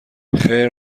خیر